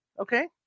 Okay